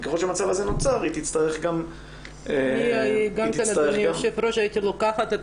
ברגע שהמצב נוצר היא תצטרך גם --- הייתי לוקחת את